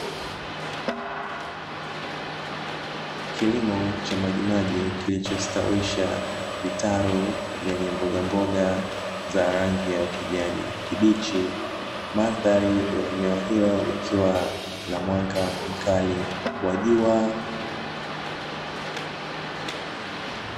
Kilimo cha majimaji kilichostawisha vitalu vyenye mbogamboga za rangi ya ukijani kibichi, mandhari ya eneo hilo ikiwa la mwanga mkali wa jua.